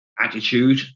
attitude